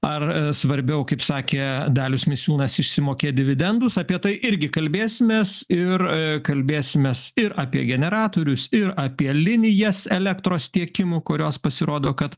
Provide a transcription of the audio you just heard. ar svarbiau kaip sakė dalius misiūnas išsimokėt dividendus apie tai irgi kalbėsimės ir kalbėsimės ir apie generatorius ir apie linijas elektros tiekimo kurios pasirodo kad